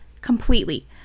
Completely